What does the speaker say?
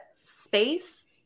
space